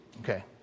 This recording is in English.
okay